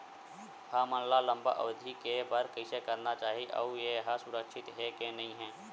हमन ला लंबा अवधि के बर कइसे करना चाही अउ ये हा सुरक्षित हे के नई हे?